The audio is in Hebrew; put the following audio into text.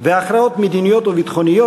אתגר התקציב,